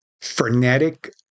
frenetic